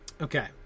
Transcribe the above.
Okay